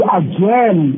again